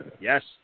Yes